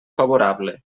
favorable